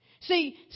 See